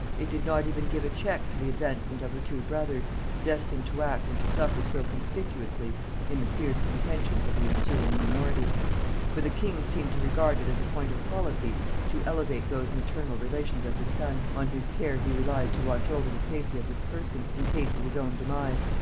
it did not even give a check to the advancement of her two brothers, destined to act and to suffer so conspicuously in the fierce contentions of the ensuing minority for the king seemed to regard it as a point of policy to elevate those maternal relations of his son, on whose care he relied to watch over the safety of his person in case of his own demise,